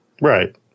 Right